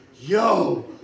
yo